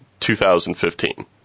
2015